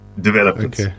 developments